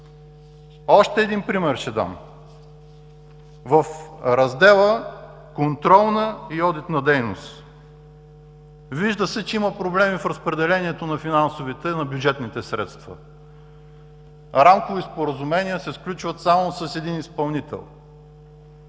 Още един пример ще дам. В Раздел „Контролна и одитна дейност“ – вижда се, че има проблеми в разпределението на финансовите, на бюджетните средства. Рамкови споразумения се сключват само с един изпълнител.